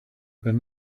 but